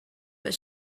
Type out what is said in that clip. but